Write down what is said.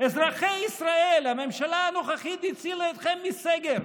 אזרחי ישראל, הממשלה הנוכחית הצילה אתכם מסגר.